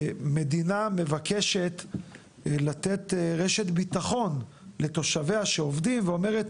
מדינה מבקשת לתת רשת ביטחון לתושביה שעובדים ואומרת,